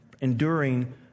enduring